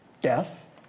death